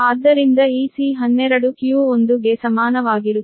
ಆದ್ದರಿಂದ ಈ C12 q1 ಗೆ ಸಮಾನವಾಗಿರುತ್ತದೆ